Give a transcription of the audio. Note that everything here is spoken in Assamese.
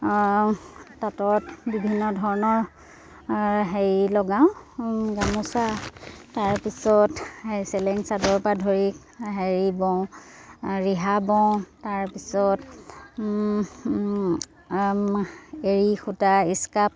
তাঁতত বিভিন্ন ধৰণৰ হেৰি লগাওঁ গামোচা তাৰপিছত হেৰি চেলেং চাদৰৰপৰা ধৰি হেৰি বওঁ ৰিহা বওঁ তাৰপিছত এৰী সূতা স্কাৰ্ফ